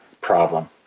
problem